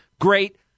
Great